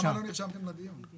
למה לא נרשמתם לדיון?